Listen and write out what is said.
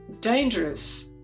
dangerous